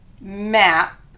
map